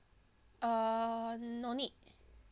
uh no need